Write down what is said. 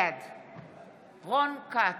בעד רון כץ,